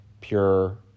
pure